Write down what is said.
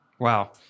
Wow